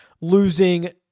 losing